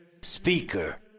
speaker